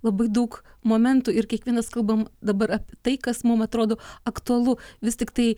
labai daug momentų ir kiekvienas kalbam dabar apie tai kas mum atrodo aktualu vis tiktai